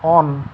on